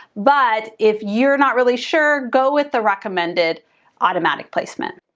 but, if you're not really sure, go with the recommended automatic placement.